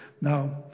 Now